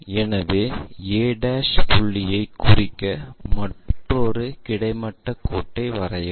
எனவே a புள்ளியைக் குறிக்க மற்றொரு கிடைமட்ட கோட்டை வரையவும்